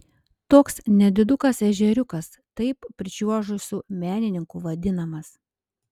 toks nedidukas ežeriukas taip pričiuožusių menininkų vadinamas